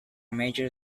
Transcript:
major